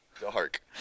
Dark